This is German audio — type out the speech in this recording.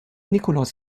nikolaus